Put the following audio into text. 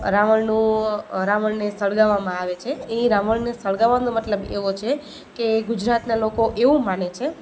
રાવણનું રાવણને સળગાવવામાં આવે છે એ રાવણને સળગાવવાનો મતલબ એવો છે કે ગુજરાતનાં લોકો એવું માને છે